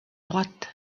droite